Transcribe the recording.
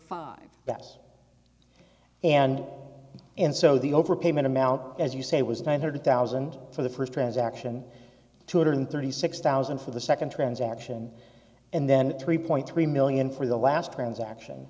bess and and so the overpayment amount as you say was nine hundred thousand for the first transaction two hundred thirty six thousand for the second transaction and then three point three million for the last transaction